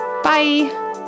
Bye